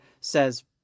says